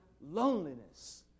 loneliness